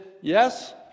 Yes